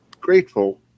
grateful